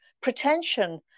pretension